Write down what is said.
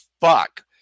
fuck